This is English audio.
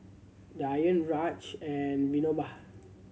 Dhyan Raja and Vinoba